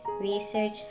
research